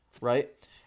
right